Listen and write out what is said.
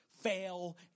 fail